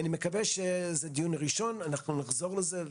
זה דיון ראשון, אנחנו נחזור לזה.